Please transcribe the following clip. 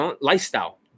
lifestyle